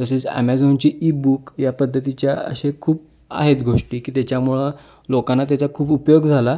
तसेच ॲमेझॉनची ईबुक या पद्धतीच्या असे खूप आहेत गोष्टी की त्याच्यामुळं लोकांना त्याचा खूप उपयोग झाला